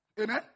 Amen